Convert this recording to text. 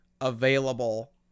available